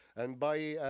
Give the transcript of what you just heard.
and by